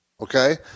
okay